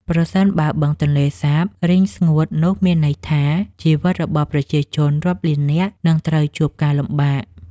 ប្រសិនបើបឹងទន្លេសាបរីងស្ងួតនោះមានន័យថាជីវិតរបស់ប្រជាជនរាប់លាននាក់នឹងត្រូវជួបការលំបាក។